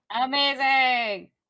Amazing